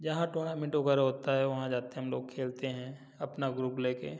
जहाँ टूर्नामेंट वगैरह होता है वहाँ जाते हैं हम लोग खेलते हैं अपना ग्रुप लेके